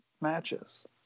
matches